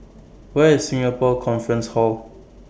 Where IS Singapore Conference Hall